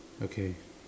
okay